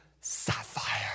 sapphire